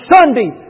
Sunday